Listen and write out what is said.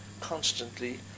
constantly